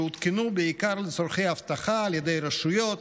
שהותקנו בעיקר לצורכי אבטחה על ידי רשויות,